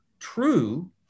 True